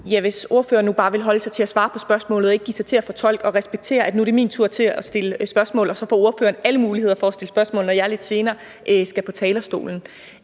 Hvis ordføreren nu bare ville holde sig til at svare på spørgsmålet og ikke give sig til at fortolke og vil respektere, at det nu er min tur til at stille spørgsmål, så får ordføreren alle muligheder for at stille spørgsmål, når jeg lidt senere skal på talerstolen.